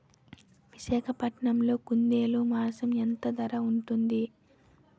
విశాఖపట్నంలో కుందేలు మాంసం ఎంత ధర ఉంటుంది?